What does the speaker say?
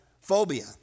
phobia